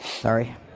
Sorry